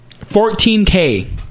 14K